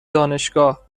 دانشگاهمی